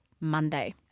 Monday